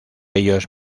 ellos